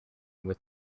with